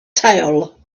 tail